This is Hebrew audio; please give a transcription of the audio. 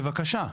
בבקשה.